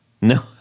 no